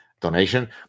donation